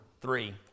three